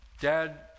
Dad